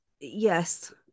Yes